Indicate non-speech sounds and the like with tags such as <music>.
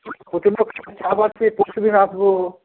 <unintelligible> পরশু দিন আসবো